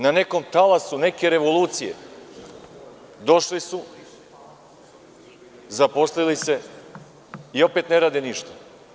Na nekom talasu neke revolucije došli su, zaposlili se i opet ne rade ništa.